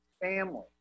family